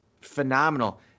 phenomenal